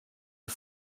are